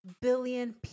billion